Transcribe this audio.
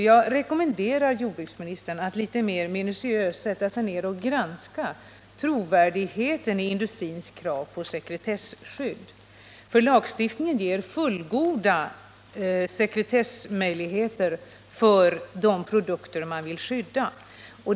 Jag rekommenderar jordbruksministern att litet mer minutiöst granska trovärdigheten i industrins krav på sekretesskydd, eftersom lagstiftningen ger fullgoda sekretessmöjligheter för de produkter man vill skydda.